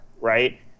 right